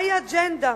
מהי האג'נדה.